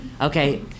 Okay